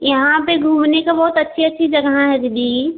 यहाँ पर घूमने का बहुत अच्छी अच्छी जगह हैं दीदी